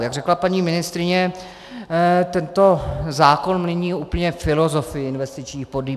Jak řekla paní ministryně, tento zákon mění úplně filozofii investičních pobídek.